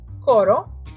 coro